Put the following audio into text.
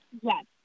Yes